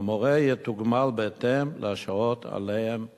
והמורה יתוגמל בהתאם לשעות שעליהן הצהיר.